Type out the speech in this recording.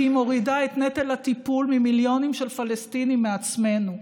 כי היא מורידה את נטל הטיפול במיליונים של פלסטינים מעצמנו,